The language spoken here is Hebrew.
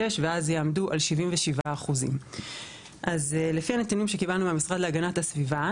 ואז יעמדו על 77%. לפי הנתונים שקיבלנו מהמשרד להגנת הסביבה,